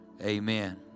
Amen